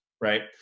Right